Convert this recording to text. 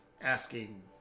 asking